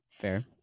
Fair